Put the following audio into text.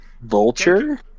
vulture